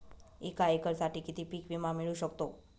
एका एकरसाठी किती पीक विमा मिळू शकतो?